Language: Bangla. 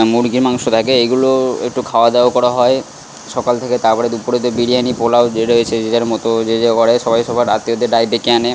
মুরগির মাংস থাকে এইগুলো একটু খাওয়া দাওয়া করা হয় সকাল থেকে তার পরে দুপুরেতে বিরিয়ানি পোলাও যে রয়েছে যে যার মতো যে যা করে সবাই সবার আত্মীয়দের ডেকে আনে